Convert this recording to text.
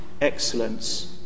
excellence